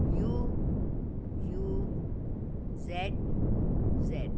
U U Z Z